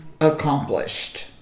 accomplished